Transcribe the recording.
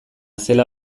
zela